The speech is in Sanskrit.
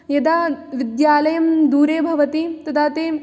यदा विद्यालयः दूरे भवति तदा ते